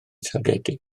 targedu